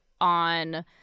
on